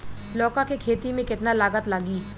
लौका के खेती में केतना लागत लागी?